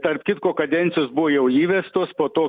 tarp kitko kadencijos buvo jau įvestos po to